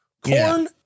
Corn